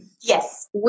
Yes